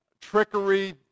trickery